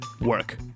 work